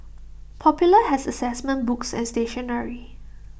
popular has Assessment books and stationery